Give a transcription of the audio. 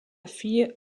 fille